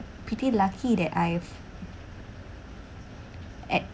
pretty lucky that I've at